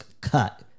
cut